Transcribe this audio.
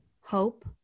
Hope